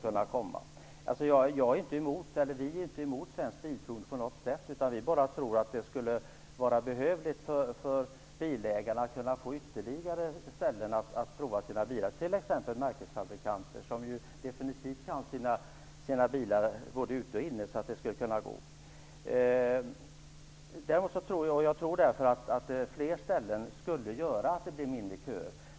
Vi är inte på något sätt emot Svensk Bilprovning, utan vi tror att det skulle vara behövligt för bilägarna att få ytterligare ställen för bilprovning, t.ex. hos märkesfabrikanter, som ju definitivt kan sina bilar både ute och inne. Det skulle kunna gå. Jag tror därför att fler ställen skulle innebära kortare köer.